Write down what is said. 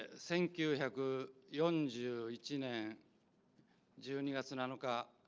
think you have yong-joo each in a junior at salonika